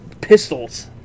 pistols